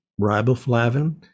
riboflavin